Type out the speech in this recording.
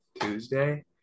tuesday